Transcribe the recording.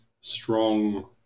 strong